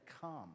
come